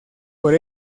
por